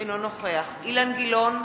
אינו נוכח אילן גילאון,